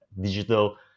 digital